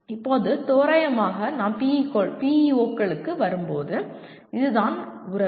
இப்போது தோராயமாக நாம் PEO களுக்கு வரும்போது இதுதான் உறவு